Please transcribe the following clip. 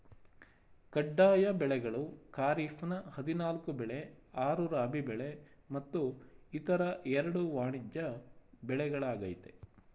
ಕಡ್ಡಾಯ ಬೆಳೆಗಳು ಖಾರಿಫ್ನ ಹದಿನಾಲ್ಕು ಬೆಳೆ ಆರು ರಾಬಿ ಬೆಳೆ ಮತ್ತು ಇತರ ಎರಡು ವಾಣಿಜ್ಯ ಬೆಳೆಗಳಾಗಯ್ತೆ